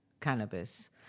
cannabis